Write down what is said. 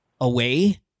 away